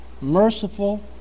merciful